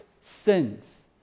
sins